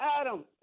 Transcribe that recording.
Adam